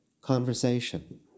conversation